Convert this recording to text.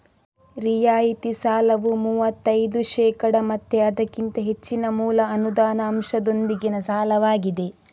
ರಿಯಾಯಿತಿ ಸಾಲವು ಮೂವತ್ತೈದು ಶೇಕಡಾ ಮತ್ತೆ ಅದಕ್ಕಿಂತ ಹೆಚ್ಚಿನ ಮೂಲ ಅನುದಾನ ಅಂಶದೊಂದಿಗಿನ ಸಾಲವಾಗಿದೆ